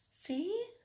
See